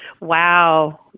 Wow